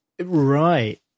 Right